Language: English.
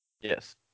Yes